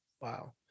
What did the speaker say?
Wow